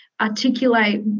articulate